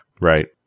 Right